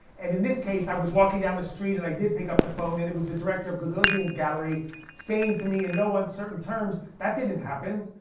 and in this case, i was walking down the street, and i did pick up the phone and it was the director of gagosian's gallery saying to me in no uncertain terms that didn't happen,